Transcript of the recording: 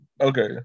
Okay